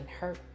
hurt